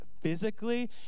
physically